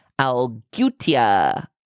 Algutia